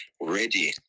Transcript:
ready